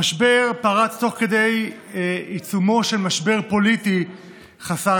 המשבר פרץ בעיצומו של משבר פוליטי חסר